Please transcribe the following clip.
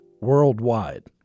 worldwide